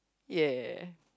ya